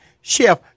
Chef